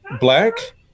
black